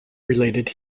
related